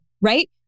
Right